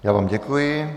Já vám děkuji.